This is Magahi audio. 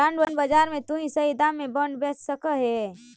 बॉन्ड बाजार में तु सही दाम में बॉन्ड बेच सकऽ हे